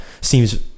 seems